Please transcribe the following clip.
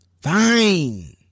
fine